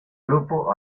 grupo